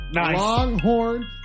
Longhorn